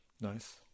Nice